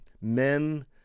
men